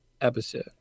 episode